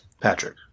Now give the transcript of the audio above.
Patrick